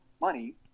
money